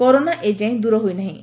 corona ଏଯାଏଁ ଦୂର ହୋଇ ନାହିଁ